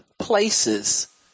places